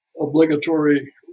obligatory